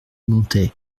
montait